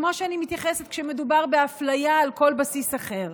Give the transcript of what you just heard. כמו שאני מתייחסת כשמדובר באפליה על כל בסיס אחר.